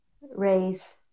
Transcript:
raise